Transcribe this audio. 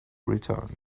return